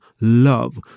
love